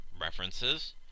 references